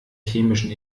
chemischen